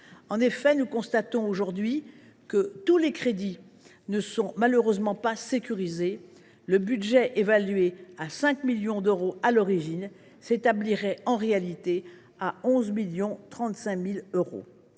maîtrisé. Nous constatons aujourd’hui que tous les crédits le concernant ne sont malheureusement pas sécurisés : son budget, évalué à 5 millions d’euros à l’origine, s’établirait en réalité à 11,35 millions d’euros.